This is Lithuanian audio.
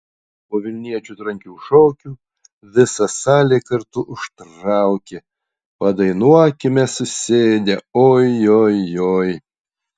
po vilniečių trankių šokių visa salė kartu užtraukė padainuokime susėdę o jo joj